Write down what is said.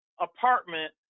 apartment